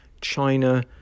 China